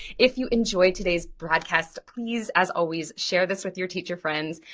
if you enjoy today's broadcast, please as always share this with your teacher friends.